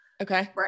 Okay